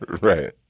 right